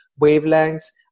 wavelengths